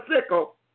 sickle